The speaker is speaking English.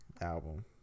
album